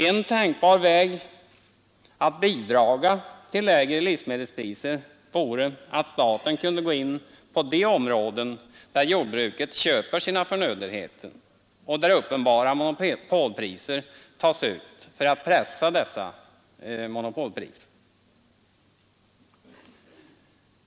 En tänkbar väg att bidraga till lägre livsmedelspriser vore att staten kunde gå in på de områden, där jordbruket köper sina förnödenheter och där uppenbara monopolpriser tas ut, för att pressa dessa monopolpriser.